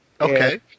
Okay